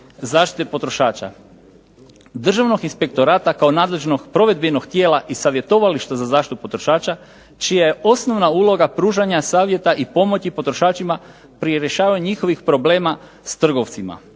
zaštite potrošača Državnog inspektorata kao nadležnog provedbenog tijela i savjetovališta za zaštitu potrošača čija je osnovna uloga pružanja savjeta i pomoći potrošačima pri rješavanju njihovih problema s trgovcima.